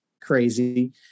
crazy